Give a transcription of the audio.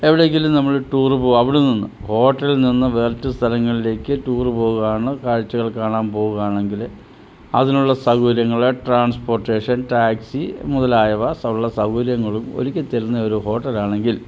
എവിടേക്കേലും നമ്മൾ ടൂറ് പോകാൻ അവിടെ നിന്ന് ഹോട്ടലിൽ നിന്ന് വേറിട്ട സ്ഥലങ്ങളിലേക്ക് ടൂർ പോവുകയാണ് കാഴ്ചകൾ കാണാൻ പോവുകയാണെങ്കിൽ അതിനുള്ള സൗകര്യങ്ങൾ ട്രാൻസ്പോർട്ടേഷൻ ടാക്സി മുതലായവ ഉള്ള സൗകര്യങ്ങളും ഒരുക്കി തരുന്ന ഒരു ഹോട്ടലാണെങ്കിൽ